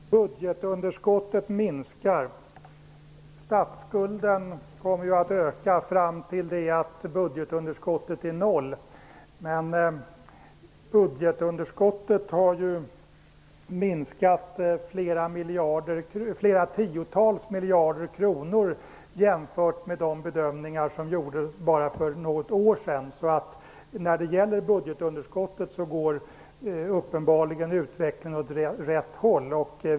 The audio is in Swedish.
Herr talman! Budgetunderskottet minskar. Statsskulden kommer att öka fram till det att budgetunderskottet är noll. Budgetunderskottet har emellertid minskat flera tiotals miljarder kronor jämfört med de bedömningar som gjordes bara för något år sedan. Så när det gäller budgetunderskottet går utvecklingen uppenbarligen åt rätt håll.